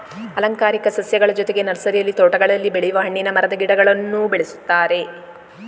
ಅಲಂಕಾರಿಕ ಸಸ್ಯಗಳ ಜೊತೆಗೆ ನರ್ಸರಿಯಲ್ಲಿ ತೋಟಗಳಲ್ಲಿ ಬೆಳೆಯುವ ಹಣ್ಣಿನ ಮರದ ಗಿಡಗಳನ್ನೂ ಬೆಳೆಯುತ್ತಾರೆ